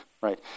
right